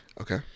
Okay